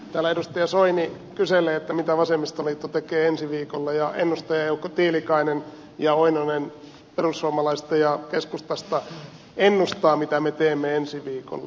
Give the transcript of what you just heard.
täällä edustaja soini kyselee mitä vasemmistoliitto tekee ensi viikolla ja ennustajaeukot tiilikainen keskustasta ja oinonen perussuomalaisista ennustavat mitä me teemme ensi viikolla